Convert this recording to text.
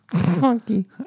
Funky